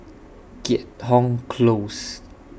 Keat Hong Close